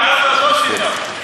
יש חשמל בעמונה, לא,